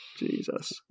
Jesus